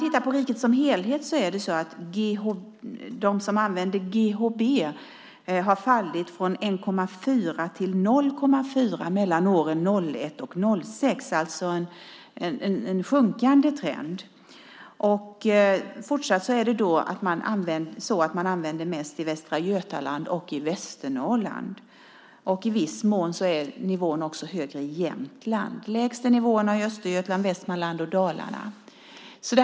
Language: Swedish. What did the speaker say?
I riket som helhet har användningen av GHB fallit från 1,4 procent till 0,4 procent mellan åren 2001 och 2006. Det är alltså en sjunkande trend. Fortfarande används drogen mest i Västra Götaland och i Västernorrland. I viss mån är nivån också högre i Jämtland. Lägst är nivåerna i Östergötland, Västmanland och Dalarna.